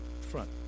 front